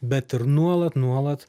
bet ir nuolat nuolat